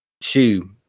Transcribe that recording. shoe